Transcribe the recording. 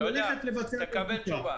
לא, לא מדובר על עוד בדיקה.